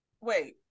Wait